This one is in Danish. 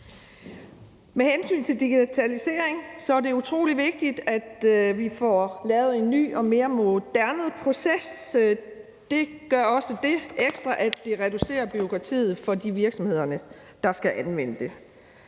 Med hensyn til digitalisering er det utrolig vigtigt, at vi får lavet en ny og mere moderne proces. Det gør også det ekstra, at det reducerer bureaukratiet for de virksomheder, der skal anvende det.